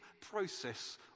process